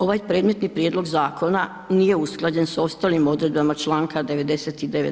Ovaj predmetni prijedlog zakona nije usklađen sa ostalim odredbama Članka 99.